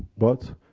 but,